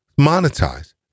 monetize